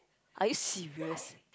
are you serious